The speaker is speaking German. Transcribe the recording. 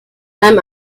einem